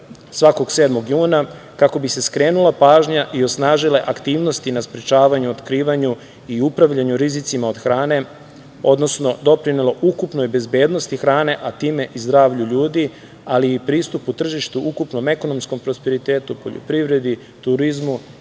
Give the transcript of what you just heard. svakog 7. juna, kako bi se skrenula pažnja i osnažile aktivnosti na sprečavanju, otkrivanju i upravljanju rizicima od hrane, odnosno doprinelo ukupnoj bezbednosti hrane, a time i zdravlju ljudi, ali i pristupu tržištu, ukupnom ekonomskom prosperitetu, poljoprivredi, turizmu